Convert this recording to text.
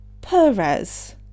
Perez